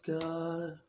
God